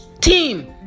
team